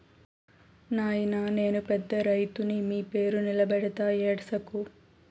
నాయినా నేను పెద్ద రైతుని మీ పేరు నిలబెడతా ఏడ్సకు